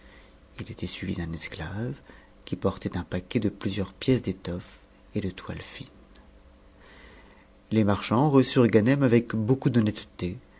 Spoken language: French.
ït était suivi i d'un esclave qui portait un paquet de plusieurs pièces d'étoffes et de toiles fines les marchands reçurent ganem avec beaucoup d'honnêteté